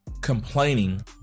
complaining